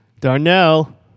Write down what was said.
Darnell